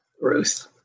Ruth